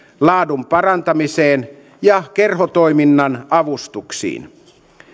laadun parantamiseen ja kerhotoiminnan avustuksiin